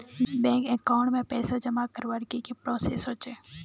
Bank account में पैसा जमा करवार की की प्रोसेस होचे?